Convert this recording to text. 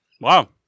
Wow